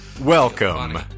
Welcome